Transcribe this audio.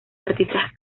artistas